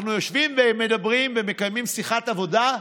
אנחנו יושבים ומדברים ומקיימים שיחת עבודה,